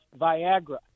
Viagra